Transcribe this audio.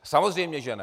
Samozřejmě že ne.